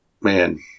man